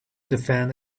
defend